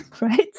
right